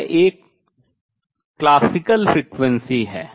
यह एक शास्त्रीय आवृत्ति है